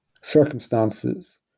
circumstances